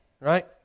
right